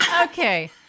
Okay